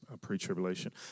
pre-tribulation